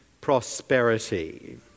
prosperity